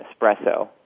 espresso